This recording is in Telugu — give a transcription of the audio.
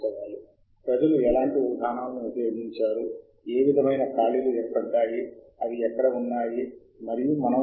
కాబట్టి ఇక మీరు మీ సాహిత్య శోధనను ప్రారంభించడానికి సిద్ధంగా ఉన్నారని అర్థం